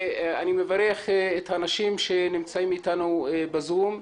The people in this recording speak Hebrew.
אני מברך את האנשים שנמצאים אתנו בזום,